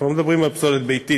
אנחנו לא מדברים על פסולת ביתית,